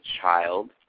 child